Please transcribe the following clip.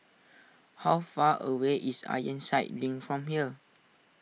how far away is Ironside Link from here